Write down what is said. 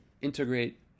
integrate